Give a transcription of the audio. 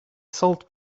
salt